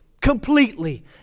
Completely